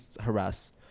harass